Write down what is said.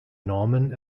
normen